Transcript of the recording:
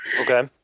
okay